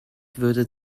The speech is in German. würde